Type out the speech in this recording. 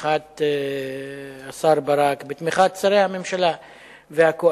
בתמיכת השר ברק ובתמיכת שרי הממשלה והקואליציה,